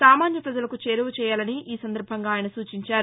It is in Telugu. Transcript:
సామాన్యపజలకు చేరువ చేయాలని ఈ సందర్భంగా ఆయన సూచించారు